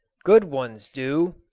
good ones do,